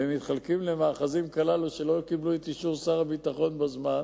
ולכאלה שלא קיבלו את אישור שר הביטחון בזמן.